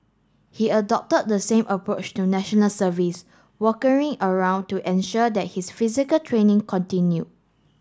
he adopted the same approach to National Service around to ensure that his physical training continued